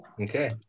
okay